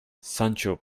sancho